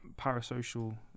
parasocial